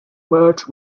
much